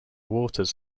waters